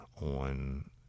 on